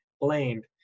blamed